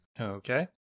Okay